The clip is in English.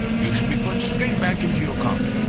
you should be put straight back into your coffin,